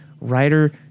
writer